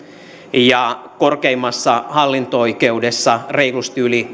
ja korkeimmassa hallinto oikeudessa reilusti yli